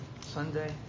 Sunday